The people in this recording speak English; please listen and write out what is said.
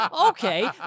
okay